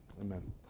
amen